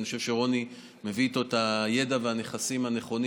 ואני חושב שרוני מביא איתו את הידע והנכסים הנכונים